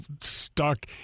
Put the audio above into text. stuck